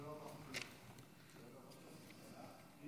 אני